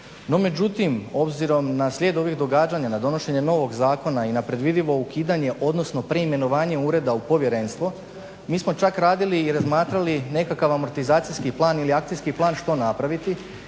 No međutim obzirom na slijed događanja na donošenje novog zakona i na predvidivo ukidanje odnosno preimenovanje ureda u povjerenstvo mi smo čak radili i razmatrali nekakav amortizacijski plan ili akcijski plan što napraviti